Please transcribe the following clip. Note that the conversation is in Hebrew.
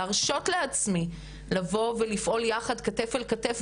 להרשות לעצמי לבוא ולפעול יחד כתף אל כתף,